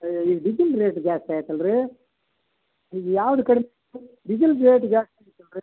ಏ ಇದು diesel rate ಜಾಸ್ತಿ ಆಯ್ತಲ್ಲ ರಿ ಈಗ ಯಾವ್ದು ಕಡಿಮೆ ಡೀಸಿಲ್ ರೇಟ್ ಜಾಸ್ತಿ ಆಯ್ತಲ್ಲ ರಿ